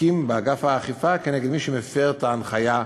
ונפתחים תיקים באגף האכיפה נגד מי שמפר את ההנחיה,